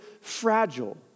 fragile